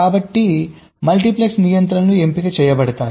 కాబట్టి మల్టీప్లెక్స్ నియంత్రణలు ఎంపిక చేయబడతాయి